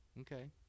Okay